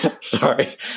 Sorry